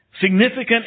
Significant